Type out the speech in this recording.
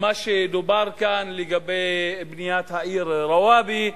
מה שדובר כאן לגבי בניית העיר רוואבי,